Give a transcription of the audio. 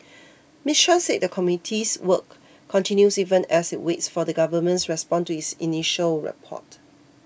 Miss Chan said the committee's work continues even as it waits for the Government's response to its initial report